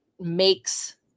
makes